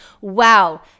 Wow